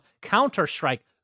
Counter-Strike